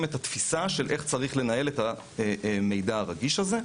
את התפיסה של איך צריך לנהל את המידע הרגיש הזה.